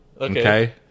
Okay